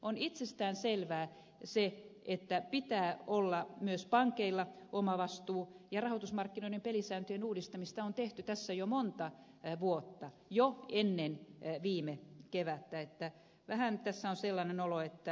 on itsestäänselvää se että myös pankeilla pitää olla omavastuu ja rahoitusmarkkinoiden pelisääntöjen uudistamista on tehty tässä jo monta vuotta jo ennen viime kevättä että vähän tässä on sellainen olo ed